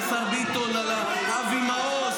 אני לא אתן לך לעבור בשקט על זה, תתביישי לך.